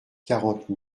quarante